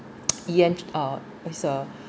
uh is a